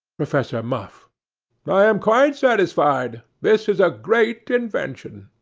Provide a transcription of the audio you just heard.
professor muff i am quite satisfied. this is a great invention.